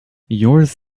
yours